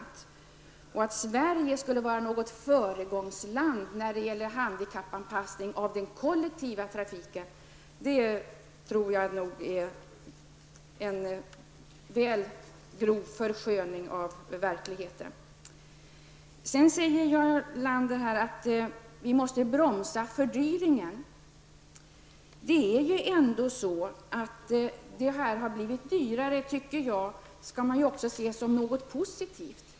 Att tala om att Sverige skulle vara ett föregångsland när det gäller handikappanpassning av kollektivtrafiken tror jag är att litet väl grovt försköna verkligheten. Jarl Lander säger också att vi måste bromsa utvecklingen vad gäller fördyringen. Men att den här verksamheten har blivit dyrare tycker jag också skall uppfattas som någonting positivt.